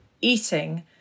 eating